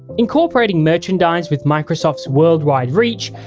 incorporating merchandise with microsoft's worldwide reach,